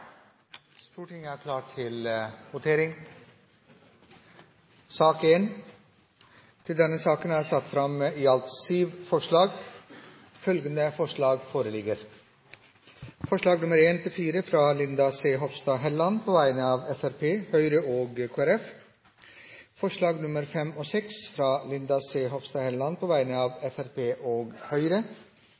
Stortinget går da til votering. Under debatten er det satt fram i alt syv forslag. Det er forslagene nr. 1–4, fra Linda C. Hofstad Helleland på vegne av Fremskrittspartiet, Høyre og Kristelig Folkeparti forslagene nr. 5 og 6, fra Linda C. Hofstad Helleland på vegne av Fremskrittspartiet og Høyre